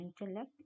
intellect